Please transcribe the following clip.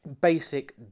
Basic